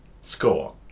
Score